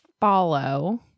follow